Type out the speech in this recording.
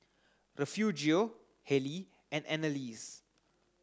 Refugio Hallie and Anneliese